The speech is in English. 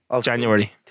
January